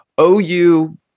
OU